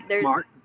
Mark